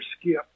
Skip